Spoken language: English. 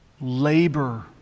labor